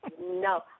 no